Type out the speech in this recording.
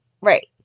Right